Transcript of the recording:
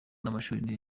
n’amashuri